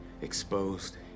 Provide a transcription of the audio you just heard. exposed